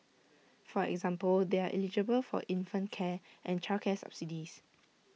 for example they are eligible for infant care and childcare subsidies